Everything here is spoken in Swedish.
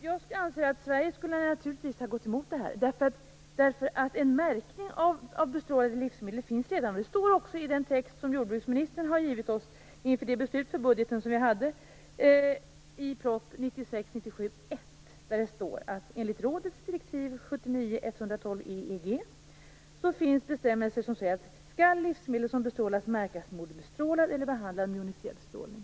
Jag anser att Sverige naturligtvis skulle ha gått emot förslaget. En märkning av bestrålade livsmedel finns ju redan - det står också i den text som jordbruksministern har givit riksdagen inför det beslut som fattades i samband med budgeten och proposition 79 EEG finns bestämmelser som säger att om livsmedel bestrålats skall de märkas med orden "bestrålad" eller "behandlad med joniserande strålning".